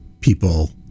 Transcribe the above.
people